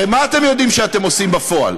הרי מה אתם יודעים שאתם עושים בפועל?